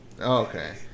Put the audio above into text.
okay